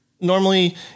normally